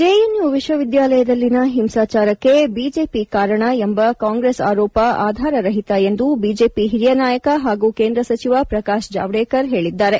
JNU ವಿಶ್ವವಿದ್ಯಾಲಯದಲ್ಲಿನ ಹಿಂಸಾಚಾರಕ್ಕೆ BJP ಕಾರಣ ಎಂಬ ಕಾಂಗ್ರೆಸ್ ಆರೋಪ ಆಧಾರರಹಿತ ಎಂದು ಬಿಜೆಪಿ ಓರಿಯ ನಾಯಕ ಹಾಗೂ ಕೇಂದ್ರ ಸಚಿವ ಪ್ರಕಾಶ್ ಜಾವಡೇಕರ್ ಹೇಳಿದ್ದಾರೆ